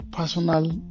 Personal